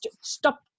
Stop